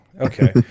okay